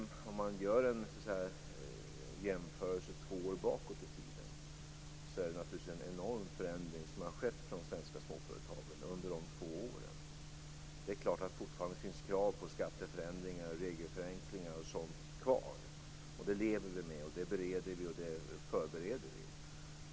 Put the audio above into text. Om man gör en jämförelse två år bakåt i tiden, ser man att det naturligtvis är en enorm förändring som har skett för de svenska småföretagen under dessa två år. Det finns fortfarande krav på skatteförändringar och regelförenklingar m.m. kvar, och det lever vi med. Det bereder och förbereder vi.